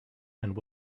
and